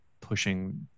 pushing